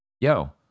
Yo